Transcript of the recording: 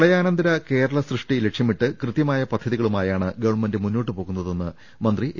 പ്രളയാനന്തര കേരള സൃഷ്ടി ലക്ഷ്യമിട്ട് കൃത്യമായ പദ്ധ തികളുമായാണ് ഗവൺമെന്റ് മുന്നോട്ട് പോകുന്നതെന്ന് മന്ത്രി എ